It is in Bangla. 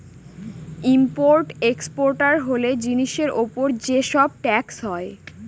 ইম্পোর্ট এক্সপোর্টার হলে জিনিসের উপর যে সব ট্যাক্স হয়